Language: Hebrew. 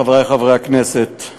חברי חברי הכנסת,